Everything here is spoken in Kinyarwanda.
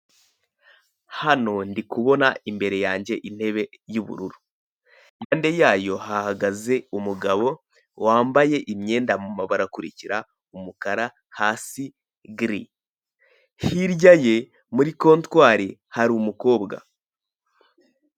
Hano ndikubona imbere yanjye intebe y'ubururu impande yayo hahagaze umugabo wambaye imyenda mu mabara akurikira umukara hasi giri, hirya ye muri kontwari hari umukobwa.